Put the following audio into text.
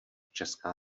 česká